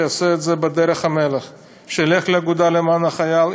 שיעשה את זה בדרך המלך: שילך לאגודה למען החייל,